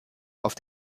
auf